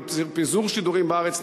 על פיזור שידורים בארץ,